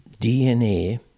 DNA